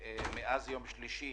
מאז יום שלישי